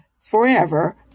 forever